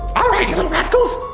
all right you little rascals!